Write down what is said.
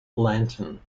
lantern